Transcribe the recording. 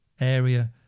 area